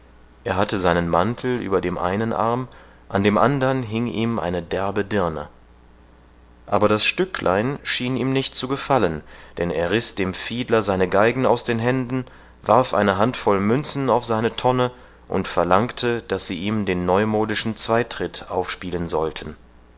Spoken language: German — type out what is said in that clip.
er hatte seinen mantel über dem einen arm an dem andern hing ihm eine derbe dirne aber das stücklein schien ihm nicht zu gefallen denn er riß dem fiedler seine geigen aus den händen warf eine handvoll münzen auf seine tonne und verlangte daß sie ihm den neumodischen zweitritt aufspielen sollten